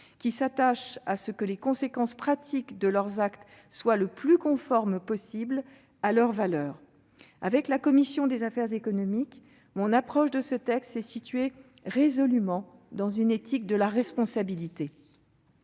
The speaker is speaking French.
qui s'attachent à ce que les conséquences pratiques de leurs actes soient le plus conforme possible à leurs valeurs. Avec la commission des affaires économiques, mon approche sur ce texte s'est située résolument dans une éthique de la responsabilité.